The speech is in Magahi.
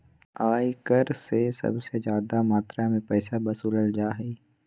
आय कर से सबसे ज्यादा मात्रा में पैसा वसूलल जा हइ